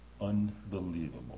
unbelievable